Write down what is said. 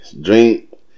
Drink